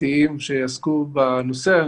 המשפטיים שיעסקו בנושא,